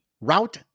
route